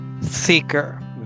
seeker